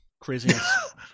Craziness